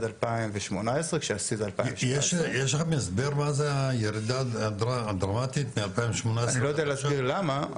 2018 כשהשיא זה 2017. אני לא יודע להסביר למה,